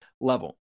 level